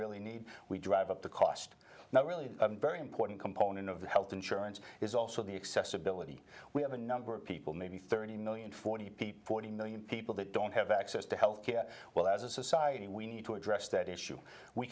really need we drive up the cost not really very important component of the health insurance is also the accessibility we have a number of people maybe thirty million forty p p forty million people that don't have access to health care well as a society we need to address that issue we